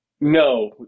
No